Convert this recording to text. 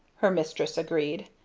her mistress agreed.